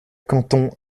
canton